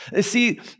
See